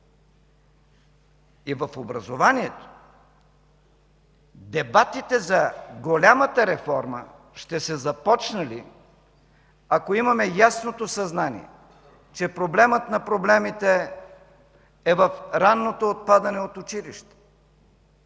И в образованието дебатите за голямата реформа ще са започнали, ако имаме ясното съзнание, че проблемът на проблемите е в ранното отпадане от училище.